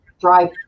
drive